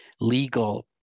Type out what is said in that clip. legal